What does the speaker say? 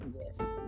Yes